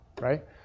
right